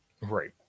Right